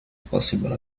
possible